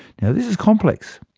you know this is complex,